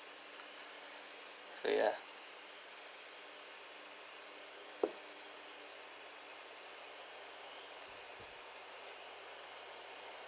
so yeah